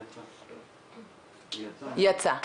יצא,